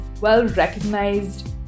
well-recognized